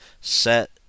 set